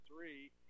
three